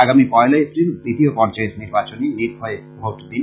আগামী পয়লা এপ্রিল দ্বিতীয় পর্যায়ের নির্বাচনে নির্ভয়ে ভোট দিন